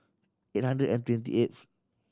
eight hundred and twenty eighth